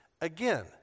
Again